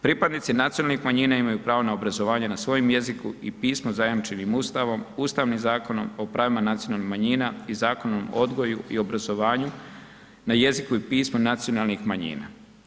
Pripadnici nacionalnih manjina imaju pravo na obrazovanje na svojem jeziku i pismu zajamčenim Ustavom, Ustavnim zakonom o pravima nacionalnih manjina i Zakonom o odgoju i obrazovanju na jeziku i pismu nacionalnih manjina.